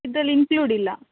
ಇದ್ರಲ್ಲಿ ಇನ್ಕ್ಲ್ಯೂಡ್ ಇಲ್ಲ